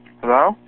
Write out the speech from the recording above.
Hello